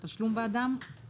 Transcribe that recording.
הניתוק הוא לא באמת ניתוק.